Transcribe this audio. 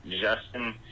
Justin